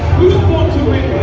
born to win?